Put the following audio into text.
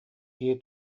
киһи